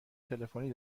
تلفنی